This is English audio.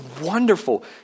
wonderful